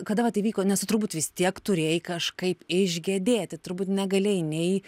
kada vat įvyko nes tu turbūt vis tiek turėjai kažkaip išgedėti turbūt negalėjai nei